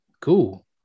Cool